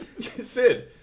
Sid